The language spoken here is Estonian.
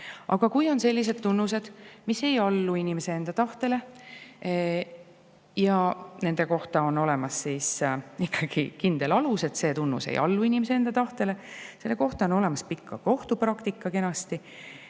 Aga kui on sellised tunnused, mis ei allu inimese enda tahtele, ja nende kohta on olemas ikkagi kindel alus, et see tunnus ei allu inimese enda tahtele, selle kohta on olemas pikk kohtupraktika kenasti,